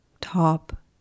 top